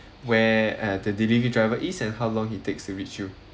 where uh the delivery driver is and how long he takes to reach you